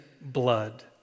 blood